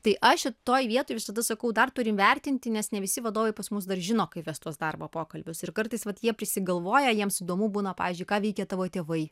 tai aš šitoj vietoj visada sakau dar turim vertinti nes ne visi vadovai pas mus dar žino kaip vest tuos darbo pokalbius ir kartais vat jie prisigalvoja jiems įdomu būna pavyzdžiui ką veikia tavo tėvai